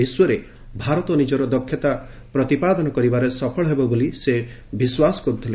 ବିଶ୍ୱରେ ଭାରତ ନିଜର ଦକ୍ଷତା ପ୍ରତିପାଦନ କରିବାରେ ସଫଳ ହେବ ବୋଲି ସେ ବିଶ୍ୱାସ କର୍ଥିଲେ